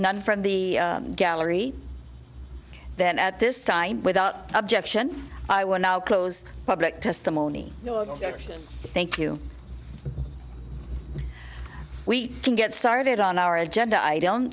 none from the gallery that at this time without objection i will now close public testimony thank you we can get started on our agenda i